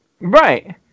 Right